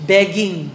Begging